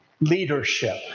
leadership